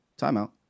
timeout